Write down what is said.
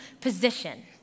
position